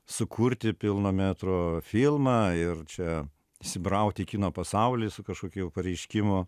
sukurti pilno metro filmą ir čia įsibrauti į kino pasaulį su kažkokiu jau pareiškimu